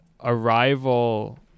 Arrival